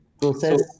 process